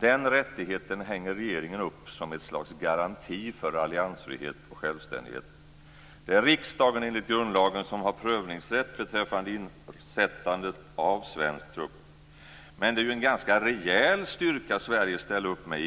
Den rättigheten hänger regeringen upp som ett slags garanti för alliansfrihet och självständighet. Enligt grundlagen är det riksdagen som har prövningsrätt beträffande insättandet av svensk trupp. Men det är ju en ganska rejäl styrka Sverige ställer upp med i EU.